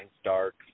Stark